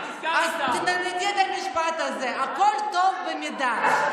אז תלמדי את המשפט הזה: הכול טוב במידה.